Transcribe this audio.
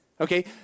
Okay